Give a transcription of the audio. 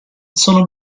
sono